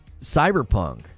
cyberpunk